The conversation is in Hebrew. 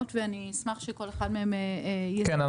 ואני אשמח שכל אחד מהם יספר --- כן,